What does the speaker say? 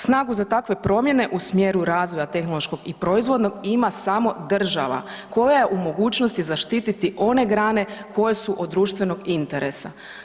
Snagu za takve promjene u smjeru razvoja tehnološkog i proizvodnog ima samo država koja je u mogućosti zaštiti one grane koje su od društvenog interesa.